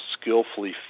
skillfully